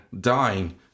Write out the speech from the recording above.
dying